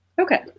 Okay